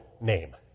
name